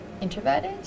introverted